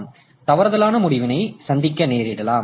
இதனால் தவறுதலான முடிவினை சந்திக்க நேரிடலாம்